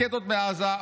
רקטות מעזה,